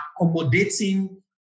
accommodating